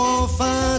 enfin